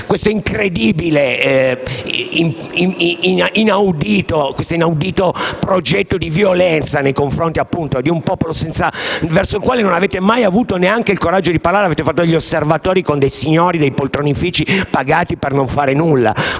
questo incredibile e inaudito progetto di violenza nei confronti di un popolo al quale non avete mai avuto neanche il coraggio di parlare. Avete fatto fare gli osservatori a dei signori che sono stati pagati per non fare nulla.